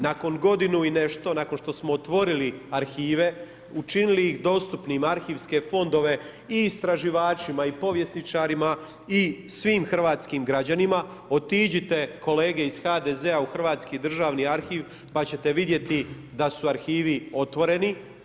Nakon godinu i nešto nakon što smo otvorili arhive, učinili ih dostupnima arhivske fondove i istraživačima i povjesničarima i svim hrvatskim građanima, otiđite kolege iz HDZ-a u Hrvatski državni arhiv, pa ćete vidjeti da su arhivi otvoreni.